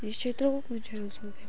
यस क्षेत्रको कुन चाहिँ आउँछ